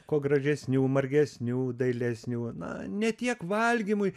kuo gražesnių margesnių dailesnių na ne tiek valgymui